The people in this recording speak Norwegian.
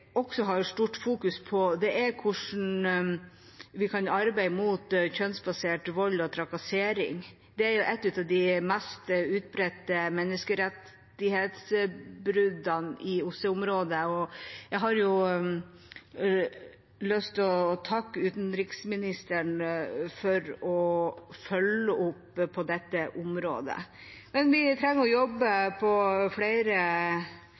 har stor oppmerksomhet rettet mot, er hvordan man kan arbeide mot kjønnsbasert vold og trakassering. Det er et av de mest utbredte menneskerettighetsbruddene i OSSE-området, og jeg har lyst til å takke utenriksministeren for å følge opp på dette området. Men vi trenger å jobbe på flere